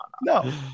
no